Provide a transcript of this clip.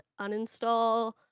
uninstall